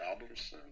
albums